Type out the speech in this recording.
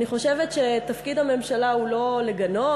אני חושבת שתפקיד הממשלה הוא לא לגנות.